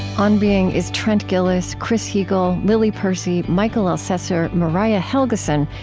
on being is trent gilliss, chris heagle, lily percy, mikel elcessor, mariah helgeson,